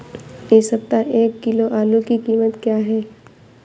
इस सप्ताह एक किलो आलू की कीमत क्या है?